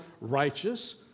righteous